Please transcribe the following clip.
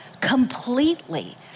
completely